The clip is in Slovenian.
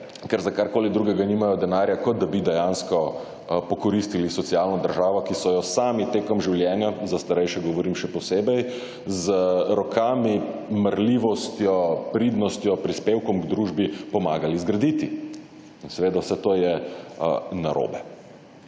ker za karkoli drugega nimajo denarja, kot da bi dejansko »pokoristili« socialno državo, ki so jo sami tekom življenja, za starejše govorim še posebej, z rokami, marljivostjo, pridnostjo, prispevkom k družbi, pomagali zgraditi in seveda vse to je narobe.